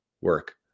work